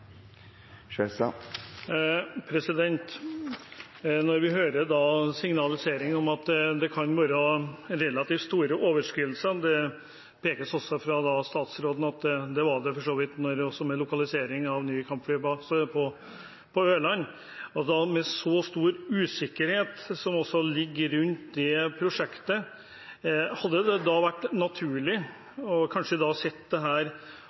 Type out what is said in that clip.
Skjelstad – til oppfølgingsspørsmål. Når vi hører signalene om at det kan være relativt store overskridelser – statsråden peker også på at det var det for så vidt også med lokalisering av ny kampflybase på Ørland – og med så stor usikkerhet som ligger rundt det prosjektet, hadde det kanskje vært naturlig å vurdere om en skulle utsette prosessen omkring Andøya. Det